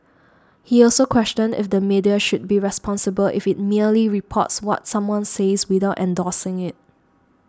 he also questioned if the media should be responsible if it merely reports what someone says without endorsing it